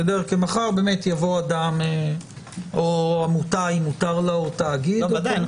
מחר יבוא אדם או עמותה אם מותר לה או תאגיד -- בוודאי,